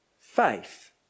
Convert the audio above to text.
faith